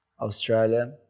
Australia